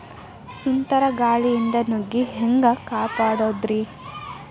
ಸುಂಟರ್ ಗಾಳಿಯಿಂದ ನುಗ್ಗಿ ಹ್ಯಾಂಗ ಕಾಪಡೊದ್ರೇ?